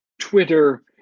Twitter